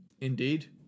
Indeed